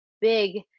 big